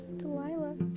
delilah